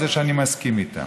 אלה שאני מסכים איתן.